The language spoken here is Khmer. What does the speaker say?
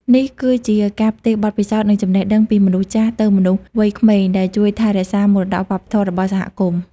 នេះគឺជាការផ្ទេរបទពិសោធន៍ និងចំណេះដឹងពីមនុស្សចាស់ទៅមនុស្សវ័យក្មេង ដែលជួយថែរក្សាមរតកវប្បធម៌របស់សហគមន៍។